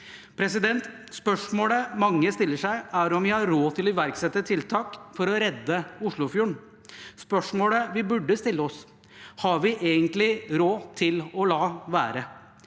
Oslofjorden. Spørsmålet mange stiller seg, er om vi har råd til å iverksette tiltak for å redde Oslofjorden. Spørsmålet vi burde stille oss, er: Har vi egentlig råd til å la være?